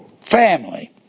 family